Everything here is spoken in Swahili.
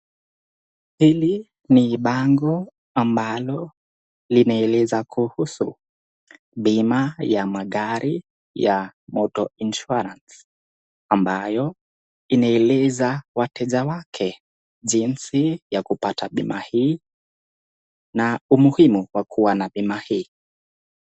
Hili ni bango ambalo linaeleza kuhusu bima ya magari ya motor insuarance ambayo inaeleza wateja wake jinsi ya kupata bima hii na umuhimu wa kuwa na bima hii